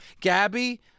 Gabby